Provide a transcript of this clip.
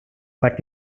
but